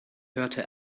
hörte